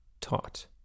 taught